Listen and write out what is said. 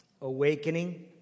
awakening